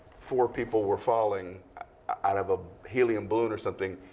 four people were falling out of a helium balloon or something,